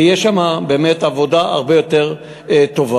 ותהיה שם באמת עבודה הרבה יותר טובה.